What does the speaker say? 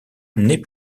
n’est